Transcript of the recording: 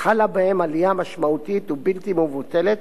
חלה בהם עלייה משמעותית ובלתי מבוטלת,